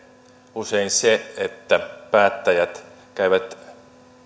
usein se että päättäjät käyvät